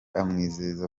amwizeza